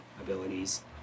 abilities